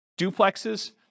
duplexes